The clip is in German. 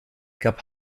gab